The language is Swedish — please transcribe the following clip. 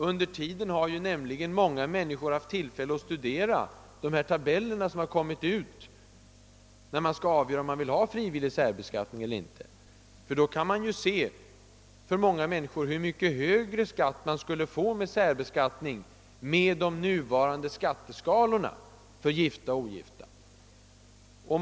Under tiden har nämligen många människor haft tillfälle att studera de tabeller som har kommit ut till vägledning när man skall avgöra om man vill ha frivillig särbeskattning eller inte. Av dessa kan många se hur mycket högre skatt de skulle få genom särbeskattning med de nuvarande skatteskalorna för gifta och ogifta.